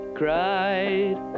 cried